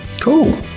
cool